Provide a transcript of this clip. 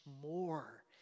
more